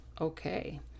Okay